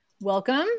welcome